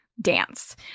dance